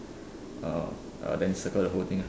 uh uh then circle the whole thing ah